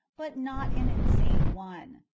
but not an insane one.